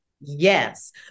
Yes